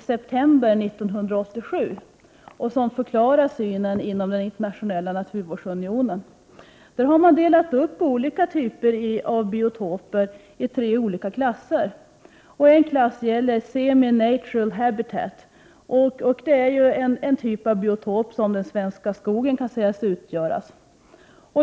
september 1987 förklaras Internationella naturvårdsunionens inställning. Man har där delat upp olika typer av biotoper i tre olika klasser. En klass gäller semi-natural habitat. Det är en typ biotop som den svenska skogen kan anses utgöra.